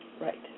Right